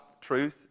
truth